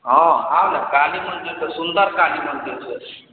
हँ आ ने काली मन्दिर तऽ सुन्दर काली मन्दिर छै